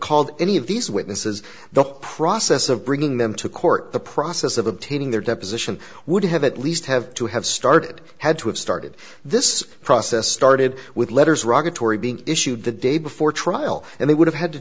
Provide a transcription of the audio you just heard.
called any of these witnesses the process of bringing them to court the process of obtaining their deposition would have at least have to have started had to have started this process started with letters raga torrie being issued the day before trial and they would have had to